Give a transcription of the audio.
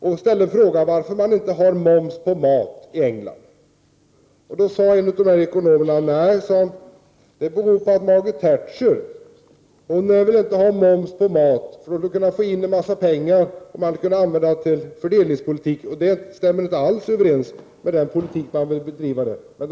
Vi ställde frågan varför man inte har moms på mat i England. Då sade en av ekonomerna att det beror på att Margaret Thatcher inte vill ha moms på mat, för då skulle hon kunna få in mycket pengar, som skulle kunna användas till fördelningspolitik. Det stämmer inte alls överens med den politik man vill bedriva där.